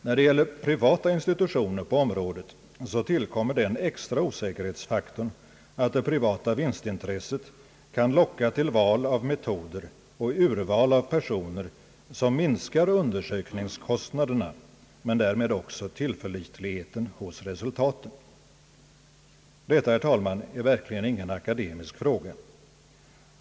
När det gäller privata institutioner på området tillkommer den extra osäkerhetsfaktorn att det privata vinstintresset kan locka till val av metoder och urval av personer som minskar undersökningskostnaderna men därmed också tillförlitligheten hos resultaten. Herr talman! Detta är verkligen ingen akademisk fråga.